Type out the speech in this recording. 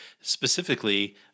specifically